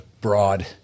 broad